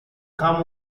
kam